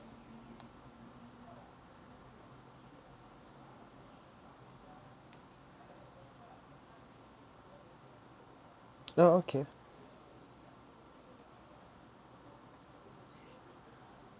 oh okay